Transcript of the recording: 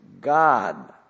God